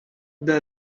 the